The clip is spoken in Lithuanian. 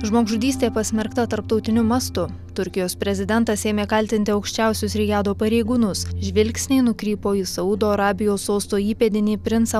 žmogžudystė pasmerkta tarptautiniu mastu turkijos prezidentas ėmė kaltinti aukščiausius rijado pareigūnus žvilgsniai nukrypo į saudo arabijos sosto įpėdinį princą